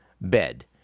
bed